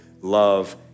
love